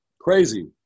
crazy